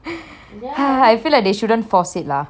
I feel like they shouldn't force it lah